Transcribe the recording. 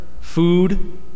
food